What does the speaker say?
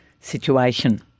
situation